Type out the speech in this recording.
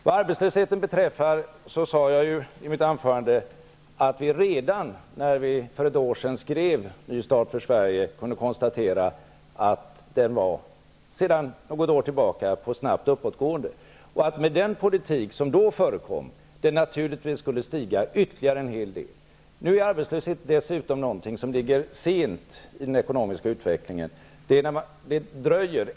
Vad arbetslösheten beträffar sade jag i mitt anförande att vi redan när vi för ett år sedan skrev ''Ny start för Sverige'' kunde konstatera att den sedan något år tillbaka var på snabbt uppåtgående och att den med den politik som då fördes skulle stiga ytterligare en hel del. Nu är arbetslösheten dessutom någonting som så att säga ligger sent i den ekonomiska utvecklingen.